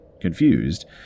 confused